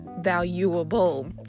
valuable